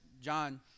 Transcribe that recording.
John